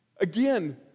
Again